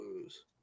lose